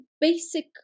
basic